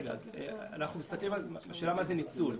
השאלה מה זה ניצול.